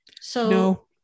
So-